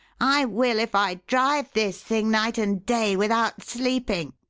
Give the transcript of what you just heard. i will if i drive this thing night and day without sleeping!